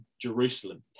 jerusalem